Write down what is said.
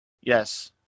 Yes